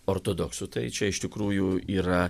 ortodoksų tai čia iš tikrųjų yra